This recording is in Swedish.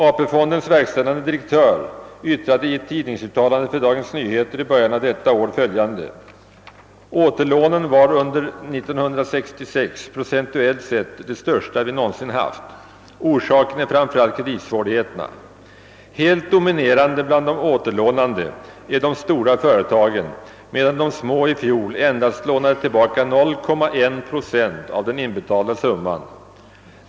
AP-fondens verkställande direktör yttrade i ett tidningsuttalande för Dagens Nyheter i början av detta år följande: »Återlånen var under 1966 procentuellt de största vi någonsin haft. Orsaken är framför allt kreditsvårigheterna. Helt dominerande bland de återlånande är de stora företagen medan de små i fjol endast lånade tillbaka 0,1 procent av den inbetalda summan ...